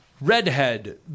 redhead